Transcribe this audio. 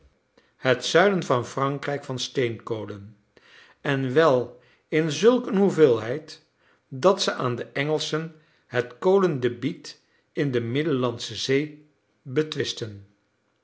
het zuiden van frankrijk van steenkolen en wel in zulk een hoeveelheid dat ze aan de engelschen het kolendebiet in de middellandsche zee betwistten